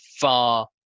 far